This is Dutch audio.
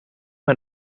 met